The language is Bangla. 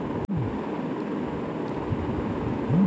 পাশ বই বন্দ করতে চাই সুবিধা পাওয়া যায় কি?